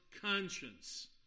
conscience